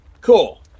Cool